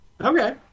Okay